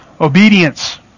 Obedience